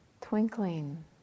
twinkling